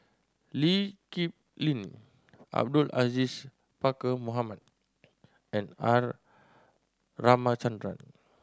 Lee Kip Lin Abdul Aziz Pakkeer Mohamed and R Ramachandran